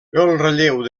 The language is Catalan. relleu